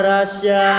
Russia